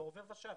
בעובר ושב.